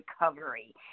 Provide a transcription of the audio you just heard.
recovery